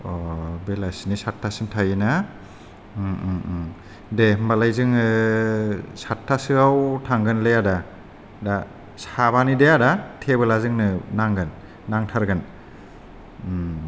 अ' बेलासिनि साथथा सिम थायोना दे होनबालाय जोङो साथ्थासो आव थांगोनलै आदा दा साबानि दे आदा थेबोला जोंनो नांगोन नांथारगोन